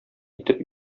итеп